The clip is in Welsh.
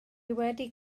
wedi